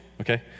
okay